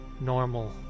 normal